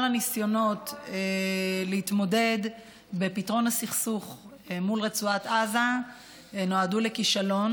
כל הניסיונות להתמודד בפתרון הסכסוך מול רצועת עזה נועדו לכישלון.